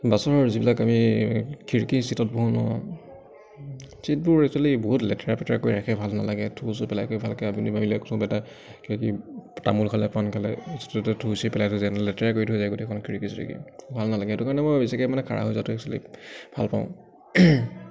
বাছৰ যিবিলাক আমি খিৰিকী চিটত বহোঁ ন চিটবোৰ এক্চোৱেলি বহুত লেতেৰা পেতেৰা কৰি ৰাখে ভাল নালাগে থু চু পেলাই কৰি ভালকৈ আপুনি ভাবিলে কিবাকিবি তামোল খালে পাণ খালে চিটতে থুই চুই পেলাই থৈছে লেতেৰা কৰি থৈ যায় গোটেইখন খিৰিকী চিৰিকী ভাল নালাগে সেইটো কাৰণে মই বেছিকৈ মানে খাৰা হৈ যোৱাটোৱে একচোৱেলি ভাল পাওঁ